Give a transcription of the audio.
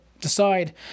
decide